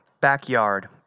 Backyard